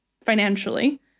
financially